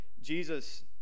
jesus